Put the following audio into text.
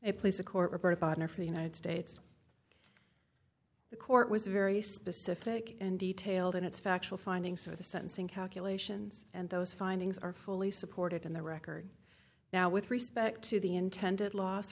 i place a court reporter partner for the united states the court was very specific and detailed in its factual findings of the sentencing calculations and those findings are fully supported in the record now with respect to the intended los